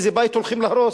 איזה בית הולכים להרוס.